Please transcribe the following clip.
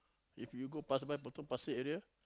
if you go pass by Potong Pasir area